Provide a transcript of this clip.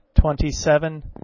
twenty-seven